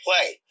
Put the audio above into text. play